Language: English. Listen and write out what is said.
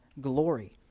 glory